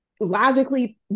logically